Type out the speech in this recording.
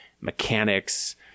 mechanics